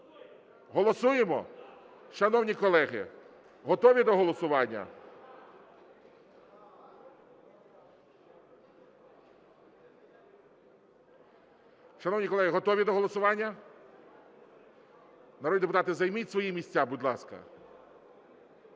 Голосуємо? Шановні колеги, готові до голосування? Шановні колеги, готові до голосування? Народні депутати, займіть свої місця, будь ласка.